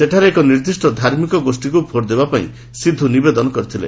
ସେଠାରେ ଏକ ନିର୍ଦ୍ଦିଷ୍ଟ ଧାର୍ମିକ ଗୋଷୀକୁ ଭୋଟ୍ ଦେବାପାଇଁ ସିଧୁ ନିବେଦନ କରିଥିଲେ